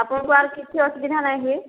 ଆପଣଙ୍କୁ ଆର୍ କିଛି ଅସୁବିଧା ନାହିଁ ହେ